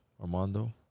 Armando